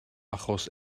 achos